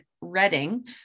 Reading